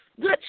Good